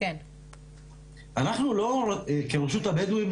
אנחנו כרשות הבדווים,